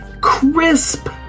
crisp